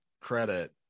credit